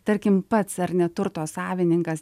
tarkim pats ar ne turto savininkas